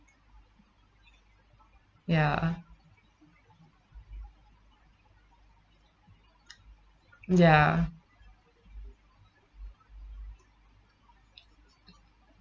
ya ya